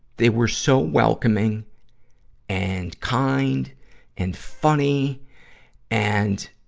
they were so welcoming and kind and funny and,